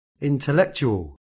Intellectual